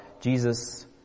Jesus